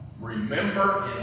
Remember